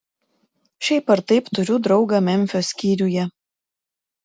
šiaip ar taip turiu draugą memfio skyriuje